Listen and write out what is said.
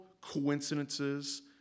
coincidences